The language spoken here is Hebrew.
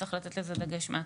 צריך לתת לזה דגש מהתחלה.